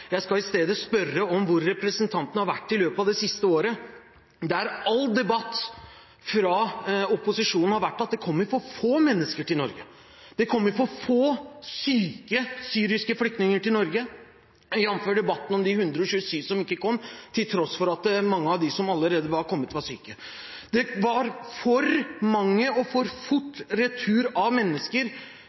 Jeg skal i stedet spørre om hvor representanten har vært det siste året, da all debatt fra opposisjonen har handlet om at det har kommet for få mennesker til Norge, og at det har kommet for få syke syriske flyktninger til Norge – jamfør debatten om de 127 som ikke kom til tross for at mange av dem som allerede var kommet, var syke. Det var for mange og for rask retur av mennesker